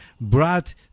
brought